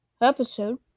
episode